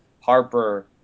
Harper